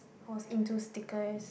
I was into stickers